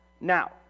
Now